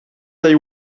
they